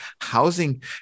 housing